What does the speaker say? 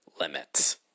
limits